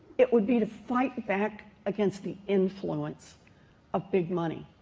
it would be to fight back against the influence of big money.